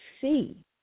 see